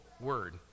word